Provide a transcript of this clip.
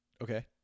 Okay